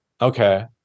Okay